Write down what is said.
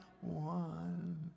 one